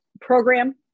program